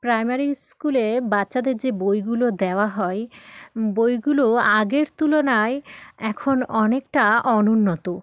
primary স্কুলে বাচ্চাদের যে বইগুলো দেওয়া হয় বইগুলো আগের তুলনায় এখন অনেকটা অনুন্নত